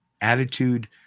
attitude